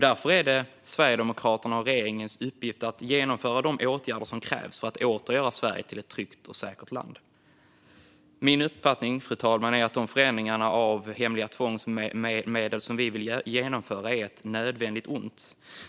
Därför är det Sverigedemokraternas och regeringens uppgift att genomföra de åtgärder som krävs för att åter göra Sverige till ett tryggt och säkert land. Fru talman! Min uppfattning är att de förändringar av hemliga tvångsmedel som vi vill genomföra är ett nödvändigt ont.